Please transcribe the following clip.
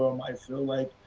well, might feel like.